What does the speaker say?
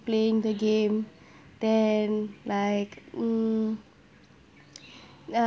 playing the game then like mm uh